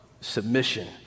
Submission